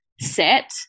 set